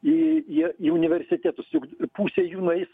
į į į universitetus juk pusė jų nueis